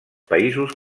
països